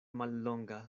mallonga